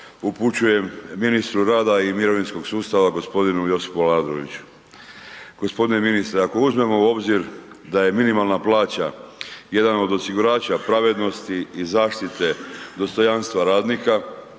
upućujem ministru rada i mirovinskog sustava, g. Josipu Aladroviću. G. ministre, ako uzmemo u obzir da je minimalna plaća jedan od osigurača pravednosti i zaštite dostojanstva radnika,